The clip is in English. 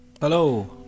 Hello